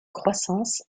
croissance